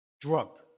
Drug